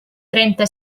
trenta